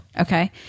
Okay